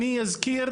אני אזכיר,